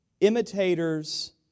imitators